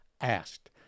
asked